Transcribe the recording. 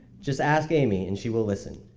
just ask amy and she will listen.